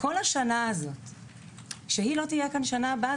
כל השנה תהיה כאן בשנה הבאה.